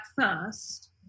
first